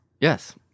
Yes